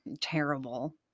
terrible